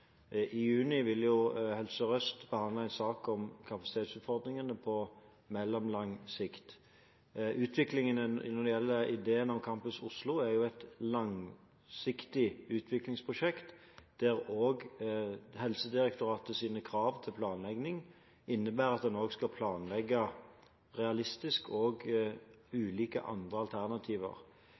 i hovedstadsområdet. I juni vil Helse Sør-Øst behandle en sak om kapasitetsutfordringene på mellomlang sikt. Utviklingen når det gjelder ideen om Campus Oslo, er et langsiktig utviklingsprosjekt, der også Helsedirektoratets krav til planlegging innebærer at en også skal planlegge realistisk og med ulike andre alternativer.